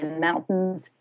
mountains